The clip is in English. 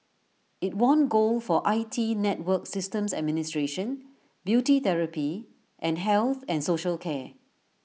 IT won gold for I T network systems administration beauty therapy and health and social care